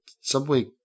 subway